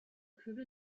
kühl